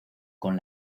con